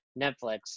Netflix